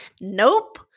Nope